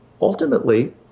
ultimately